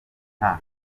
nta